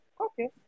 Okay